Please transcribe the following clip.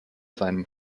seinem